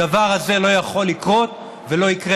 הדבר הזה לא יכול לקרות ולא יקרה.